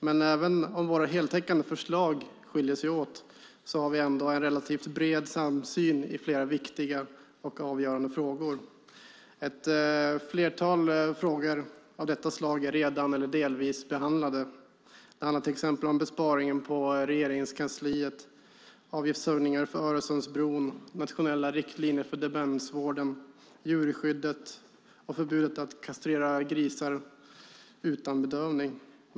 Men även om våra heltäckande förslag skiljer sig åt har vi ändå en relativt bred samsyn i flera viktiga och avgörande frågor. Ett flertal frågor av detta slag är redan, eller delvis, behandlade. Det handlar till exempel om besparingen på Regeringskansliet, avgiftshöjningar på Öresundsbron, nationella riktlinjer för demensvården, djurskyddet och förbud att kastrera grisar utan bedövning.